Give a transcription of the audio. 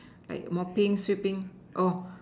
like mopping sweeping all